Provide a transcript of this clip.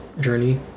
journey